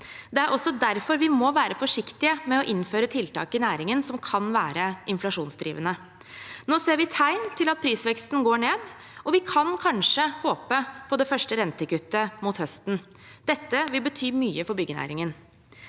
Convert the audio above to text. Det er også derfor vi må være forsiktig med å innføre tiltak i næringen som kan være inflasjonsdrivende. Nå ser vi tegn til at prisveksten går ned, og vi kan kanskje håpe på det første rentekuttet til høsten. Dette vil bety mye for byggenæringen.